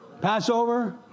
Passover